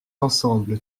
ensemble